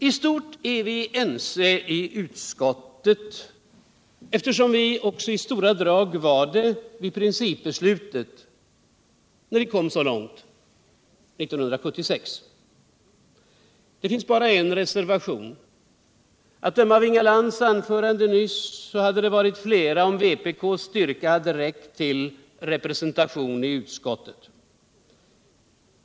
I stort är vi ense inom utskottet — eftersom vi också I stora drag var ense vid principbestutet, när vi kom så fångt 1976. Det finns bara en reservation. Att döma av Inga Lantz anförande nyss hade det varit flera, om vpk:s styrka hade räckt till representation i utskottet.